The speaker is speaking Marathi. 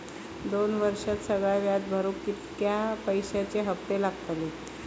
दोन वर्षात सगळा व्याज भरुक कितक्या पैश्यांचे हप्ते लागतले?